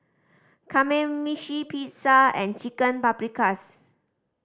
Kamameshi Pizza and Chicken Paprikas